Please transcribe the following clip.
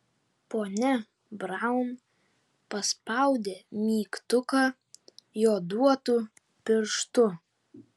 ponia braun paspaudė mygtuką joduotu pirštu